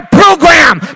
program